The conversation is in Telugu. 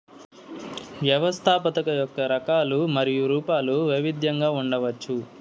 వ్యవస్థాపకత యొక్క రకాలు మరియు రూపాలు వైవిధ్యంగా ఉండవచ్చు